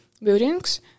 buildings